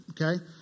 okay